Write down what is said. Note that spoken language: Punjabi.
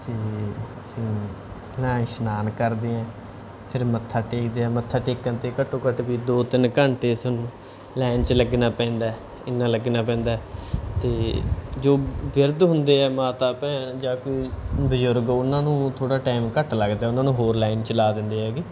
ਅਤੇ ਅਸੀਂ ਪਹਿਲਾਂ ਇਸ਼ਨਾਨ ਕਰਦੇ ਹਾਂ ਫਿਰ ਮੱਥਾ ਟੇਕਦੇ ਹਾਂ ਮੱਥਾ ਟੇਕਣ ਤੋਂ ਘੱਟੋ ਘੱਟ ਵੀ ਦੋ ਤਿੰਨ ਘੰਟੇ ਸਾਨੂੰ ਲਾਈਨ 'ਚ ਲੱਗਣਾ ਪੈਂਦਾ ਇੰਨਾ ਲੱਗਣਾ ਪੈਂਦਾ ਅਤੇ ਜੋ ਬਿਰਧ ਹੁੰਦੇ ਆ ਮਾਤਾ ਭੈਣ ਜਾਂ ਕੋਈ ਬਜ਼ੁਰਗ ਉਹਨਾਂ ਨੂੰ ਥੋੜ੍ਹਾ ਟਾਈਮ ਘੱਟ ਲੱਗਦਾ ਉਹਨਾਂ ਨੂੰ ਹੋਰ ਲਾਈਨ 'ਚ ਲਾ ਦਿੰਦੇ ਹੈਗੇ